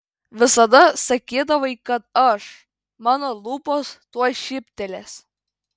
visada sakydavai kad aš mano lūpos tuoj šyptelės